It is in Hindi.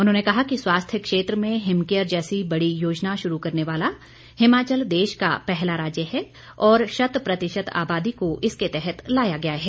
उन्होंने कहा कि स्वास्थ्य क्षेत्र में हिमकेयर जैसी बड़ी योजना शुरू करने वाला हिमाचल देश का पहला राज्य है और शतप्रतिशत आबादी को इसके तहत लाया गया है